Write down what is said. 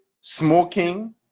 Smoking